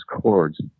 chords